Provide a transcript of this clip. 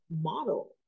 model